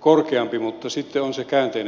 korkeampi kuin täällä mutta sitten on se käänteinen puoli